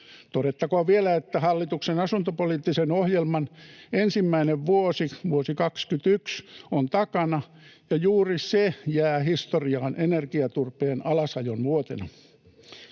Todettakoon vielä, että hallituksen asuntopoliittisen ohjelman ensimmäinen vuosi, 2021, on takana ja juuri se jää historiaan energiaturpeen alasajon vuotena.